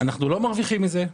אנחנו לא מרוויחים מזה.